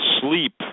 sleep